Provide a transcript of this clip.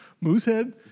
Moosehead